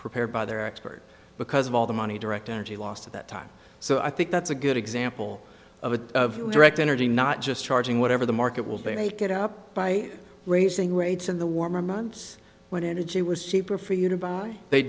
prepared by their expert because of all the money direct energy lost at that time so i think that's a good example of a direct energy not just charging whatever the market will take it up by raising rates in the warmer months when energy was cheaper for you to buy they